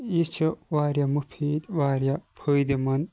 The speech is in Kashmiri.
یہِ چھُ واریاہ مُفیٖد واریاہ فٲیِدٕ مَنٛد